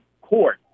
court